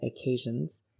occasions